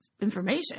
information